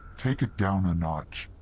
take it down a notch.